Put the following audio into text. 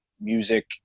Music